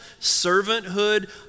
servanthood